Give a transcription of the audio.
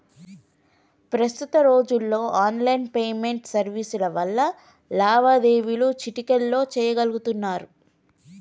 ప్రస్తుత రోజుల్లో online payment సర్వీసుల వల్ల లావాదేవీలు చిటికెలో చెయ్యగలుతున్నరు